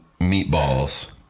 meatballs